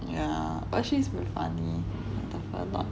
yeah actually it's very funny or not